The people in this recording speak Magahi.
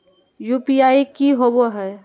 यू.पी.आई की होबो है?